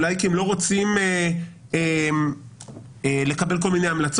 אולי כי הם לא רוצים לקבל כל מיני המלצות,